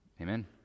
amen